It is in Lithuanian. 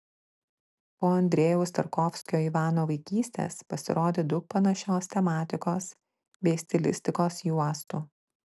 po andrejaus tarkovskio ivano vaikystės pasirodė daug panašios tematikos bei stilistikos juostų